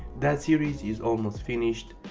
that serie is is almost finished,